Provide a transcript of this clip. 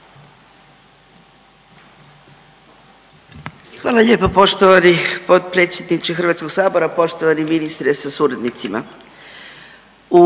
Hvala lijepa poštovani potpredsjedniče Hrvatskog sabora, poštovani ministre sa suradnicima.